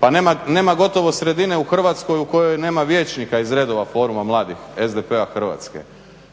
pa nema gotovo sredine u Hrvatskoj u kojoj nema vijećnika iz redova foruma mladih SDP-a Hrvatske,